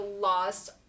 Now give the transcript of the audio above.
lost